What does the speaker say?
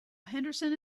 henderson